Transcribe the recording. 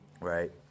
Right